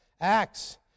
Acts